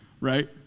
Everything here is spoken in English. right